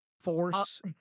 force